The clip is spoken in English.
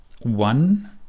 one